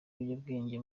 ry’ibiyobyabwenge